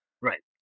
Right